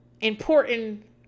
important